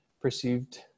perceived